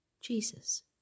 Jesus